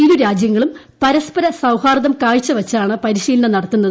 ഇരുരാജ്യങ്ങളും പരസ്പര സൌഹാർദ്ദം കാഴ്ചവെച്ചാണ് പരിശീലനം നടത്തുന്നത്